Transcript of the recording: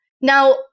Now